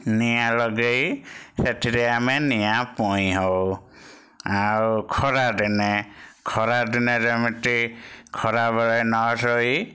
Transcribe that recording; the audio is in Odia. ନିଆଁ ଲଗେଇ ସେଥିରେ ଆମେ ନିଆଁ ପୋଇଁ ହେଉ ଆଉ ଖରାଦିନେ ଖରାଦିନେ ଯେମିତି ଖରାବେଳେ ନ ଶୋଇ